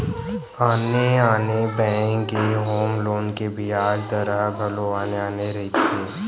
आने आने बेंक के होम लोन के बियाज दर ह घलो आने आने रहिथे